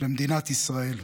למדינת ישראל.